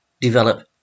develop